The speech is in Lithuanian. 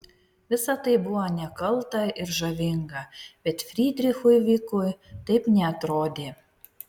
visa tai buvo nekalta ir žavinga bet frydrichui vykui taip neatrodė